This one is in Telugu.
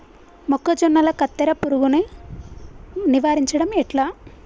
మొక్కజొన్నల కత్తెర పురుగుని నివారించడం ఎట్లా?